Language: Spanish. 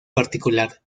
particular